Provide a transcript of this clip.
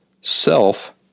self